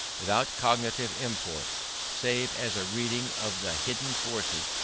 without cognitive import save as a reading of the hidden forces,